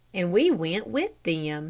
and we went with them.